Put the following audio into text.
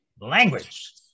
language